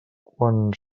quan